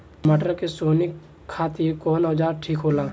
टमाटर के सोहनी खातिर कौन औजार ठीक होला?